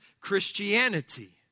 Christianity